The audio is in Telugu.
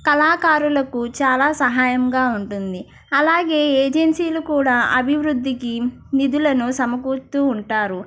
కళాకారులకు చాలా సహాయంగా ఉంటుంది అలాగే ఏజెన్సీలు కూడా అభివృద్ధికి నిధులను సమకూరుస్తూ ఉంటారు